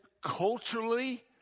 culturally